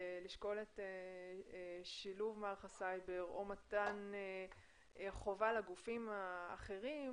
לשקול את שילוב מערך הסייבר או מתן חובה לגופים האחרים